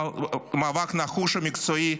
במאבק נחוש ומקצועי,